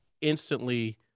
instantly